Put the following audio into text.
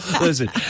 Listen